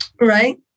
Right